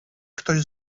ktoś